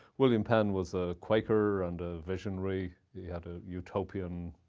william penn was a quaker and a visionary. he had a utopian